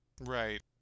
right